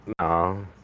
No